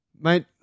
mate